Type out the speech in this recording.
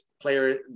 player